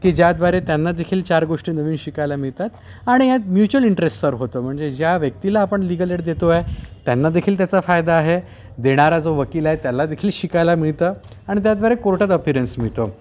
की ज्याद्वारे त्यांना देखील चार गोष्टी नवीन शिकायला मिळतात आणि यात म्युचुअल इंटरेस्ट सर्व होतं म्हणजे ज्या व्यक्तीला आपण लीगल एड देतो आहे त्यांना देखील त्याचा फायदा आहे देणारा जो वकिला आहे त्याला देखील शिकायला मिळतं आणि त्याद्वारे कोर्टात अपिरन्स मिळतो